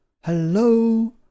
Hello